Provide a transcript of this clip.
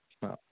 हां